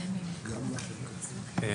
תיקון סעיף 1